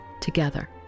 together